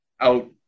out